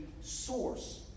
source